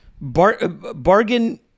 Bargain